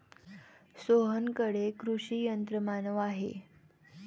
सोहनकडे कृषी यंत्रमानव आहे